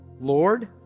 Lord